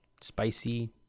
spicy